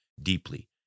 deeply